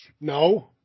No